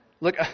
Look